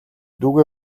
дүүгээ